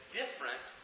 different